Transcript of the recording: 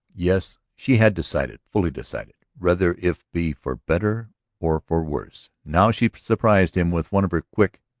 yes, she had decided, fully decided, whether if be for better or for worse. now she surprised him with one of her quick,